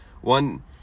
one